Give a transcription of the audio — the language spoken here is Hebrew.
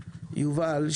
יובל,